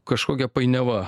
kažkokia painiava